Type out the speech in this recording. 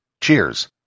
Cheers